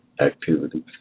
activities